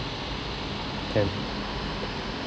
can